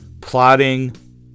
Plotting